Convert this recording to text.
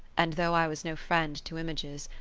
and, though i was no friend to images,